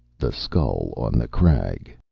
the skull on the crag